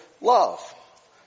love